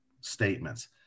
statements